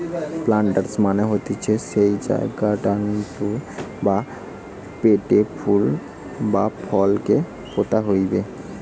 planters মানে হতিছে যেই জায়গাতু বা পোটে ফুল বা ফল কে পোতা হইবে